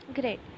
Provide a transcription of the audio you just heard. Great